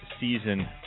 season